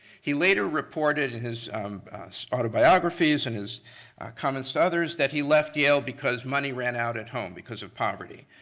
he later reported his autobiographies and his comments to others that he left yeah ah because money ran out at home because of poverty.